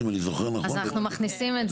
אם אני זוכר נכון --- אז אנחנו מכניסים את זה.